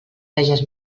veges